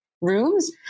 rooms